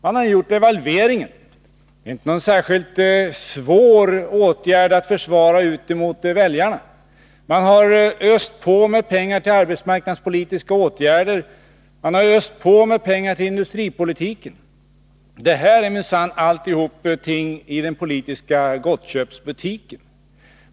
Man har gjort devalveringen — inte någon särskilt svår åtgärd att försvara ute mot väljarna. Man har öst på med pengar till arbetsmarknadspolitiska åtgärder, man har öst på med pengar till industripolitiken. Allt det här är minsann ting i den politiska gottköpsbutiken.